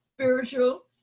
spiritual